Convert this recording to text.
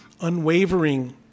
unwavering